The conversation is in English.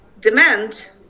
demand